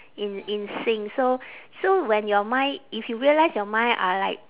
in in sync so so when your mind if you realise your mind are like